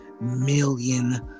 million